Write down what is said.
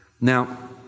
Now